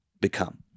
become